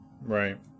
Right